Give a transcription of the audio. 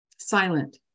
Silent